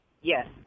Yes